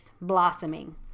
blossoming